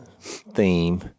theme